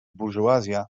burżuazja